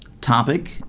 topic